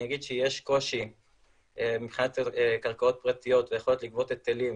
אני אגיד שיש קושי מבחינת קרקעות פרטיות והיכולת לגבות היטלים,